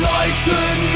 Leuten